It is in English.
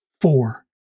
four